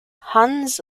hannes